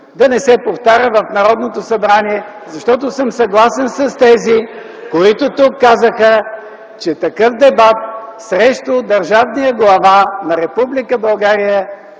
да не се повтаря в Народното събрание, защото съм съгласен с тези, които тук казаха, че такъв дебат срещу държавния глава на